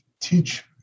teach